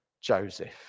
Joseph